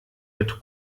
mit